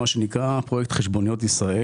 מה שנקרא פרויקט חשבוניות ישראל.